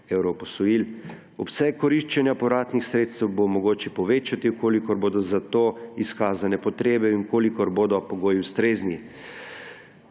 evrov posojil. Obseg koriščenja povratnih sredstev bo mogoče povečati, v kolikor bodo za to izkazane potrebe in v kolikor bodo pogoji ustrezni.